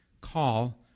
call